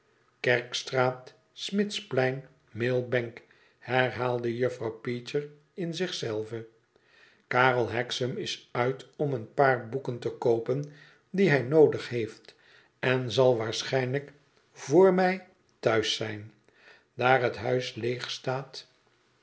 kerkstraat smidsplein millbank herhaalde juffrouw peecher in zich zelve karel hexam is uit om een paar boeken te koopen die hij noodig heeft en zal waarschijnlijk vr mij thuis zijn daar het huis leegstaat